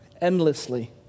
endlessly